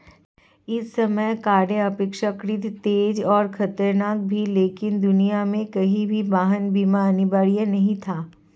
उस समय कारें अपेक्षाकृत तेज और खतरनाक थीं, लेकिन दुनिया में कहीं भी वाहन बीमा अनिवार्य नहीं था